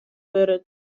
wurde